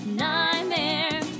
nightmare